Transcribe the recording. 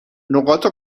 نقاط